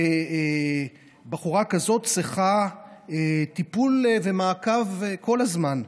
ובחורה כזאת צריכה טיפול ומעקב כל הזמן.